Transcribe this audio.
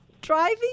driving